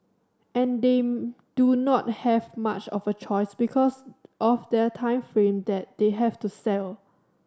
and they do not have much of a choice because of their time frame that they have to sell